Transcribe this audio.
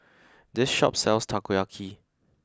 this shop sells Takoyaki